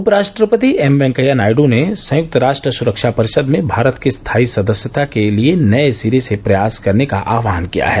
उपराष्ट्रपति एम वेंकैया नायडू ने संयुक्त राष्ट्र सुरक्षा परिषद् में भारत की स्थायी सदस्यता के लिए नये सिरे से प्रयास करने का आह्वान किया है